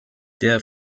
der